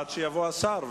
עד שיבוא השר,